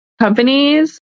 companies